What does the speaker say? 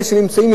אלה שנמצאים,